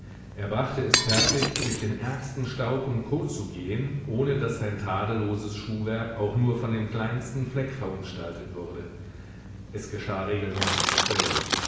er brachte es fertig durch den ärgsten staub und kot zu gehn ohne daß sein tadelloses schuhwerk auch nur von dem kleinsten fleck verunstaltet wurde es geschah regelmäßig dasselbe